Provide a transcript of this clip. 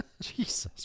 Jesus